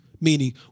Meaning